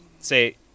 say